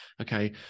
Okay